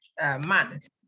Month